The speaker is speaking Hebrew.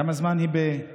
כמה זמן היא בבידוד?